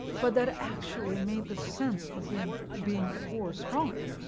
but that actually made the sense of being being at war stronger.